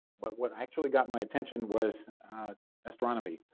but what actually got my attention was astronomy.